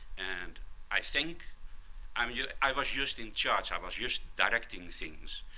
and i think um yeah i was just in charge, i was just directing things,